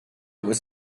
was